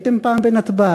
הייתם פעם בנתב"ג?